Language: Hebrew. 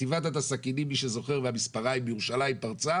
אינתיפאדת הסכינים והמספריים בירושלים פרצה